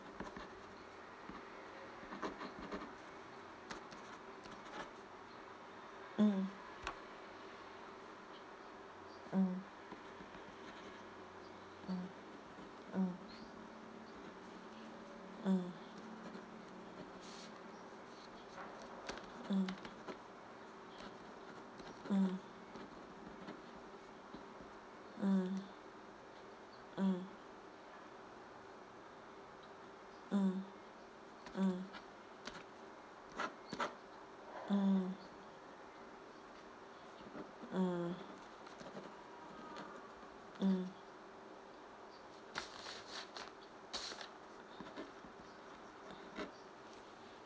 mm mm mm mm mm mm mm mm mm mm mm mm mm mm